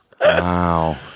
Wow